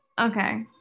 okay